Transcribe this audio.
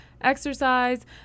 exercise